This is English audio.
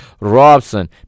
Robson